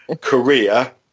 Korea